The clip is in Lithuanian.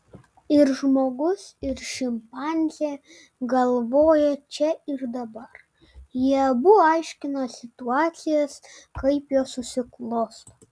ir žmogus ir šimpanzė galvoja čia ir dabar jie abu aiškina situacijas kai jos susiklosto